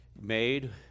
made